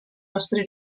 nostri